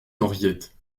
henriette